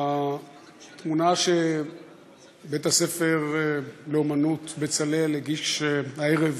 התמונה שבית-הספר לאמנות "בצלאל" הגיש הערב